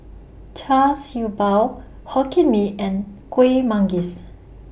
Char Siew Bao Hokkien Mee and Kueh Manggis